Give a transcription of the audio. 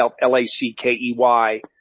L-A-C-K-E-Y